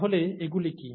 তাহলে এগুলি কি